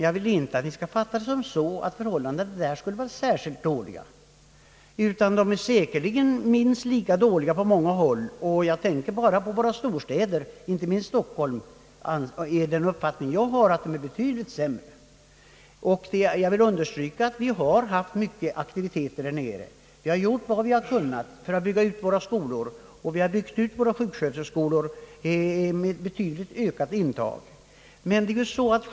Jag vill dock inte att kammaren skall fatta det så att förhållandena där skulle vara särskilt besvärliga; de är säkerligen minst lika besvärliga på många andra håll inom landet. I våra storstäder, inte minst Stockholm, är enligt min uppfattning det allra sämst. Jag vill även understryka att vi har åstadkommit många aktiviteter inom Malmöhus läns landsting för att förbättra situationen. Vi har gjort vad vi har kunnat för att bygga ut våra skolor, vi har ökat intagningen betydligt.